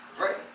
Right